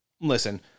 listen